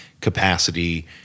capacity